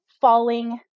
falling